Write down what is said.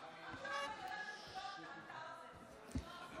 אנחנו עכשיו הולכים לפתוח את זה.